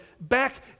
back